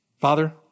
father